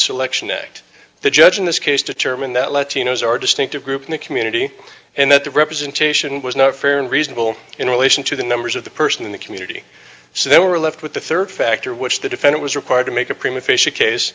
selection act the judge in this case determined that latinos are distinctive group in the community and that the representation was not fair and reasonable in relation to the numbers of the person in the community so they were left with the third factor which the defendant was required to make a pr